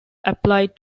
applied